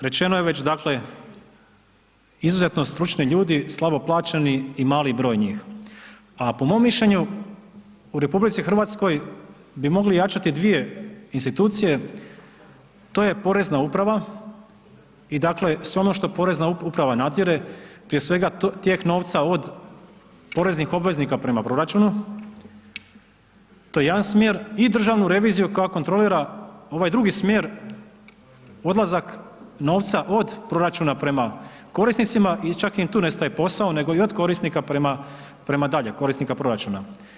Rečeno je već dakle izuzetno stručni ljudi, slabo plaćeni i mali broj njih, a po mom mišljenju u RH bi mogli jačati dvije institucije, to je Porezna uprava i dakle sve ono što Porezna uprava nadzire, prije svega tijek novca od poreznih obveznika prema proračunu, to je jedan smjer i državnu reviziju koja kontrolira ovaj drugi smjer odlazak novca od proračuna prema korisnicima i čak ni tu ne staje posao, nego i od korisnika prema, prema dalje korisnika proračuna.